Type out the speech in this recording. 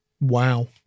Wow